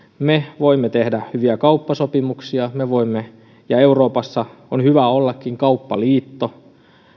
me voimme tehdä hyviä kauppasopimuksia ja euroopassa on hyvä ollakin kauppaliitto